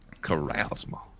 charisma